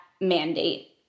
mandate